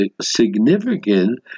significant